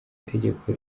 itegeko